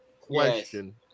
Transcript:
Question